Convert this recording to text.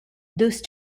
those